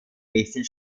nächsten